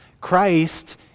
Christ